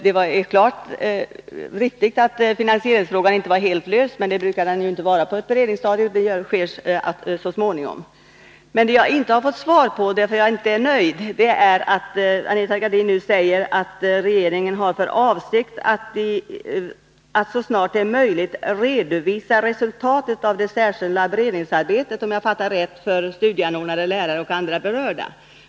Det är riktigt att finansieringsfråganiinte var helt löst, men det brukar den inte vara på beredningsstadiet, utan det sker så småningom. Vad jag inte har fått svar på, vilket gör att jag inte är nöjd, det är att Anita Gradin nu säger att regeringen har för avsikt att ”så snart det är möjligt redovisa resultatet av det särskilda beredningsarbetet”, om jag fattar det rätt, för studieanordnare, lärare och andra berörda.